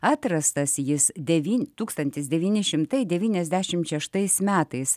atrastas jis tūkstantis devyni šimtai devyniasdešimt šeštais metais